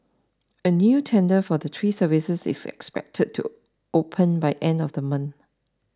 a new tender for the three services is expected to open by end of the month